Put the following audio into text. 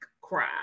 cry